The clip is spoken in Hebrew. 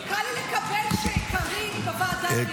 קל לי לקבל שקארין בוועדה למינוי שופטים,